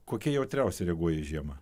kokie jautriausiai reaguoja į žiemą